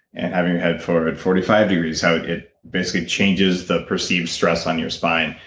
and having your head forward forty five degrees, how it it basically changes the perceived stress on your spine.